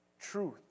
truth